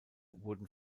wurden